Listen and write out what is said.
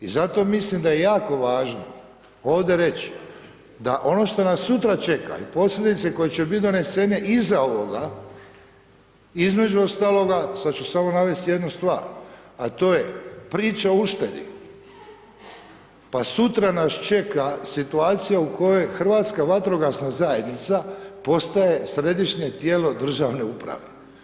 I zato mislim da je jako važno ovde reć da ono što nas sutra čeka i posljedice koje će bit donesene iza ovoga, između ostaloga sad ću samo navest jednu stvar, a to je priča o uštedi, pa sutra nas čeka situacija u kojoj Hrvatska vatrogasna zajednica postaje središnje tijelo državne uprave.